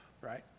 right